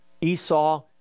Esau